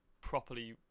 properly